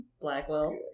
Blackwell